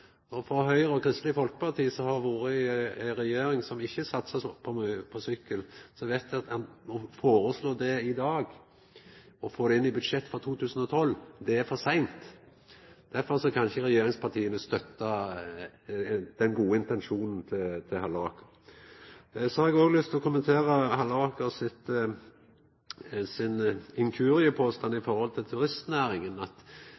Høgre og Kristeleg Folkeparti, som har vore i ei regjering som ikkje satsa så mykje på sykkel, veit at å foreslå det i dag, og få det inn i budsjettet for 2012, er for seint. Derfor kan ikkje regjeringspartia støtta den gode intensjonen til Halleraker. Eg har òg lyst til å kommentera Halleraker sin inkuriepåstand